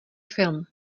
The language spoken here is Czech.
film